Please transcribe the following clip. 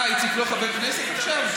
אה, איציק לא חבר כנסת עכשיו?